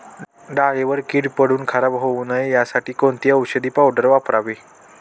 डाळीवर कीड पडून खराब होऊ नये यासाठी कोणती औषधी पावडर वापरावी?